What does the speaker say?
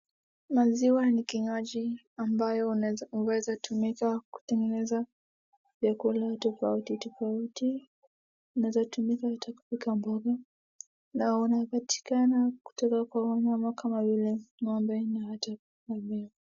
Maziwa ni kinywaji ambacho huweza tumika kutengeneza vyakula tofauti tofauti, inaweza tumika hata kupika mboga, na inapatikana kutoka kwa wanyama kama ng'ombe na hata ngamia.